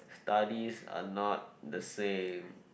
studies are not the same